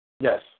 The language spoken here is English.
Yes